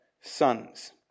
sons